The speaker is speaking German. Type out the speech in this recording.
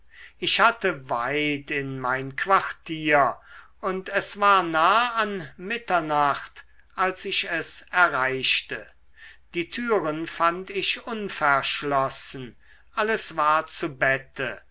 ich hatte weit in mein quartier und es war nah an mitternacht als ich es erreichte die türen fand ich unverschlossen alles war zu bette